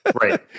Right